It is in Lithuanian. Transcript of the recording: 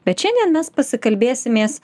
bet šiandien mes pasikalbėsimės